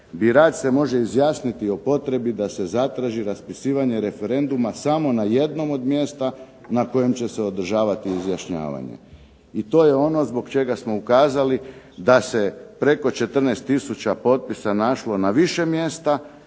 "Birač se može izjasniti o potrebi da se zatraži raspisivanje referenduma samo na jednom od mjesta na kojem će se održavati izjašnjavanje". I to je ono zbog čega smo ukazali da se preko 14 tisuća potpisa našlo na više mjesta.